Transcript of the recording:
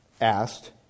asked